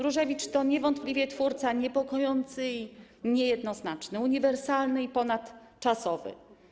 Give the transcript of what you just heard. Różewicz to niewątpliwie twórca niepokojący i niejednoznaczny, uniwersalny i ponadczasowy.